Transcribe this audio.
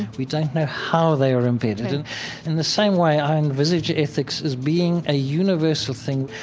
we don't know how they are embedded. and in the same way, i envisage ethics as being a universal thing.